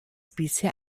bisher